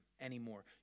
anymore